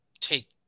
take